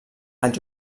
als